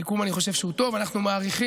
סיכום שאני חושב שהוא טוב, אנחנו מאריכים,